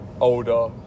older